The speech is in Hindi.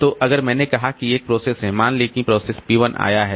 तो अगर मैंने कहा है कि एक प्रोसेस है मान लो कि प्रोसेस P 1 आया है